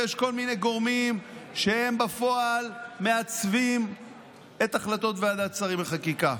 ויש כל מיני גורמים שבפועל מעצבים את החלטות ועדת שרים לחקיקה,